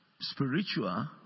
spiritual